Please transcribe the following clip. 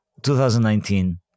2019